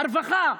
הרווחה.